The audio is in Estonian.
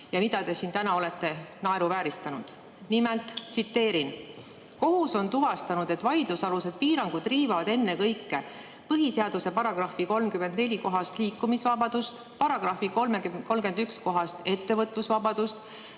mida te täna olete naeruvääristanud. Nimelt, kohus on tuvastanud, et vaidlusalused piirangud riivavad ennekõike põhiseaduse § 34 kohast liikumisvabadust, § 31 kohast ettevõtlusvabadust,